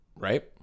Right